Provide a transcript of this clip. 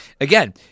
Again